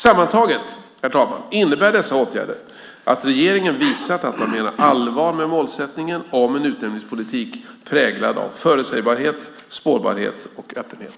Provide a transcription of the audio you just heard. Sammantaget, herr talman, innebär dessa åtgärder att regeringen visat att man menar allvar med målsättningen om en utnämningspolitik präglad av förutsägbarhet, spårbarhet och öppenhet.